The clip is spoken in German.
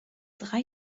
drei